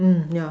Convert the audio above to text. yeah